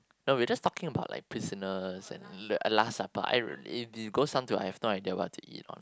no we're just talking about like prisoners and the last supper I it it goes on to I have no idea what to eat or